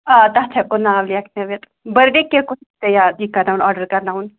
آ تَتھ ہٮ۪کو ناو لیکھنٲوِتھ بٔرتھ ڈے کیک کُس یہِ کَرناوُن آرڈر کَرناوُن